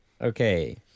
okay